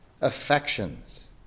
affections